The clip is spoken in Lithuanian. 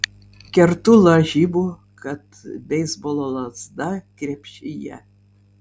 kertu lažybų kad beisbolo lazda krepšyje